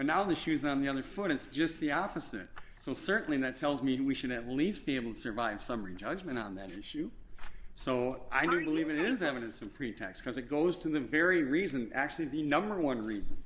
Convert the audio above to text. and now the shoe's on the other foot it's just the opposite so certainly that tells me we should at least be able to survive summary judgment on that issue so i don't believe it is evidence of pretax because it goes to the very reason actually the number one reason